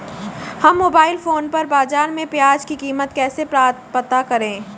हम mobile phone पर बाज़ार में प्याज़ की कीमत कैसे पता करें?